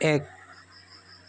এক